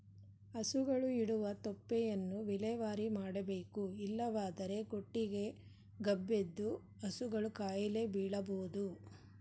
ಹಸುಗಳು ಇಡುವ ತೊಪ್ಪೆಯನ್ನು ವಿಲೇವಾರಿ ಮಾಡಬೇಕು ಇಲ್ಲವಾದರೆ ಕೊಟ್ಟಿಗೆ ಗಬ್ಬೆದ್ದು ಹಸುಗಳು ಕಾಯಿಲೆ ಬೀಳಬೋದು